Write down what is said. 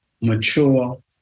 mature